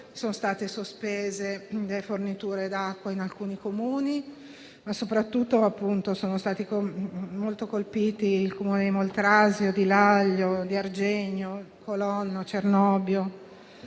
sono state sospese le forniture d'acqua in alcuni Comuni, ma soprattutto sono stati molto colpiti Moltrasio, Laglio, Argegno, Colonno e Cernobbio,